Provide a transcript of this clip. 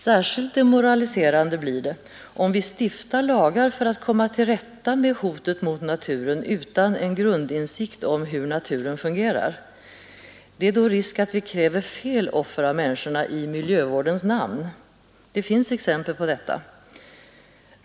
Särskilt demoraliserande blir det om vi stiftar lagar för att komma till rätta med hotet mot naturen utan en grundinsikt om hur naturen fungerar. Det är då risk att vi kräver fel offer av människorna i miljövårdens namn. Det finns exempel på det.